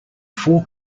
four